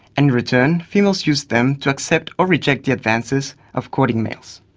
and return, females use them to accept or reject the advances of courting males.